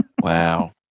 Wow